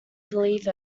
believe